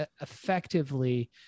Effectively